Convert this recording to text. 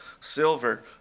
silver